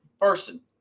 person